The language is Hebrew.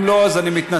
אם לא, אז אני מתנצל.